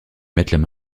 mettent